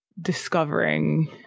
discovering